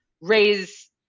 raise